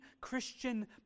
Christian